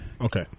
Okay